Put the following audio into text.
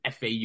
FAU